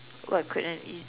what could an E